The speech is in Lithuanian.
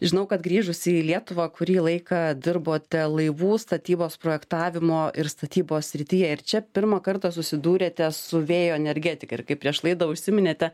žinau kad grįžusi į lietuvą kurį laiką dirbote laivų statybos projektavimo ir statybos srityje ir čia pirmą kartą susidūrėte su vėjo energetika ir kaip prieš laidą užsiminėte